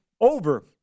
over